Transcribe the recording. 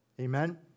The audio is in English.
Amen